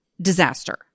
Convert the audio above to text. disaster